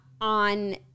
on